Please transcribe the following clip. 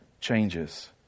changes